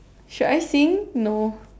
should I sing no